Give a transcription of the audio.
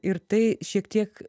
ir tai šiek tiek